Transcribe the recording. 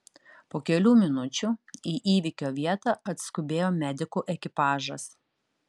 po kelių minučių į įvykio vietą atskubėjo medikų ekipažas